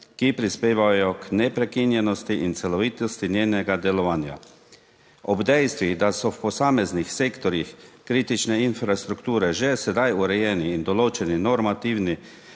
ki prispevajo k neprekinjenosti in celovitosti njenega delovanja, ob dejstvih, da so v posameznih sektorjih kritične infrastrukture že sedaj urejeni in določeni normativni,